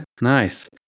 nice